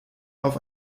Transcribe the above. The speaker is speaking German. auf